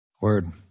Word